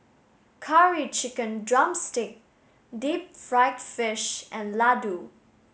curry chicken drumstick deep fried fish and laddu